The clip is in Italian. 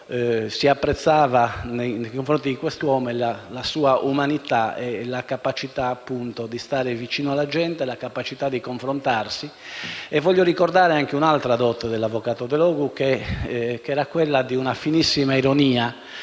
si apprezzava nei confronti di quest'uomo era la sua umanità, la capacità di stare vicino alla gente e la capacità di confrontarsi. Vorrei ricordare anche un'altra dote dell'avvocato Delogu: una finissima ironia,